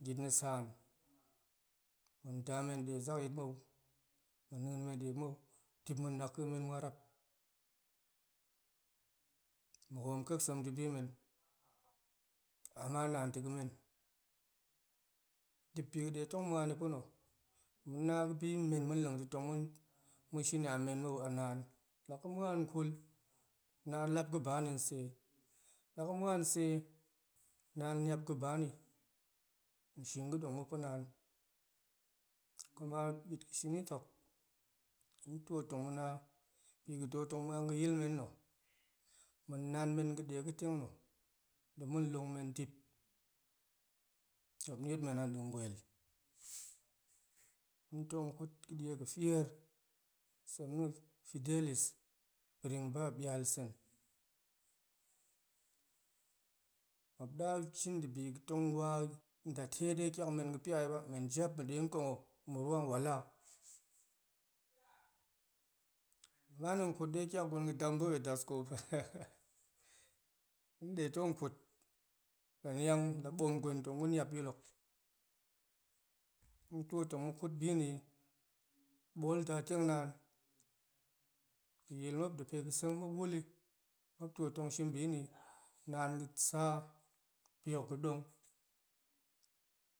ma̱ nda dezak yit ma̱ nien men de mou dip ma̱ na ƙa̱e men marap ma̱ hoom ƙa̱a̱k sem to bi men ama naan ta̱ ga̱men dip biga̱ detong muani pa̱na̱ ma̱ na ga̱bi amen ma̱de tong ma̱ shen to a men mou a naan la ga̱ muan nkul naan lap ga̱ bani nsee, laga̱ muan nsee naan niap ga̱ba ni ma̱ shin ga̱ dong ma̱ pa̱ naan, kuma bit ga̱ shini na̱ ma̱ tiot tong ma̱na biga̱ too tong muani ga̱yil men na̱ ma̱ nang men ga̱de ga̱teng na̱ de ma̱ long men dip ma̱p niet men a dien wel, hen tong ƙut ga̱ die ga̱ feir sem na̱ fidelis biring bialsen ma̱p da shin debi ga̱ wa dadei de kiakmen ga̱ piayi ba, men jap ga̱de kong ho ma̱ ruwo wala man hen kut de tiak gwen ga̱ dem baɓet daskoom laught hen de kut la niang la buem gwen tong gu niapyil hok, ma̱ tiot tong ma̱ kut bi ni ɓool nda teng naan ga̱ yil ma̱p pega̱ seng ma̱p wuli ma̱p tiot tong shin biniyi naan ga̱sa bi hok ga̱ dong,